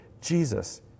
Jesus